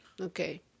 Okay